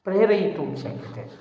प्रेरयितुं शक्यते